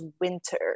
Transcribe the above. winter